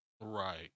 Right